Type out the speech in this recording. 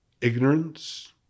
ignorance